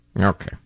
okay